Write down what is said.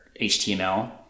HTML